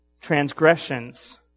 transgressions